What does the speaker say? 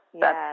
Yes